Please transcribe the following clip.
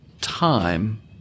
time